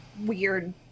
weird